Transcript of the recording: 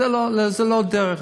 זאת לא דרך.